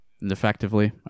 effectively